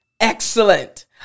Excellent